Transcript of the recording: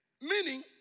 meaning